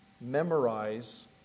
memorize